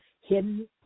hidden